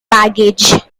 baggage